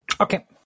Okay